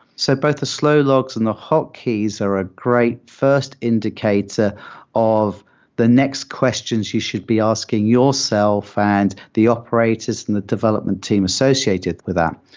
so both the slow logs and the hot keys are a great first indicator of the next questions you should be asking yourself and the operators and the development team associated with that.